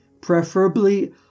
preferably